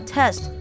Test